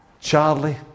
Charlie